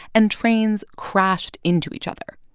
and trains crashed into each other.